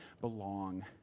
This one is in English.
belong